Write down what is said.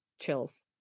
chills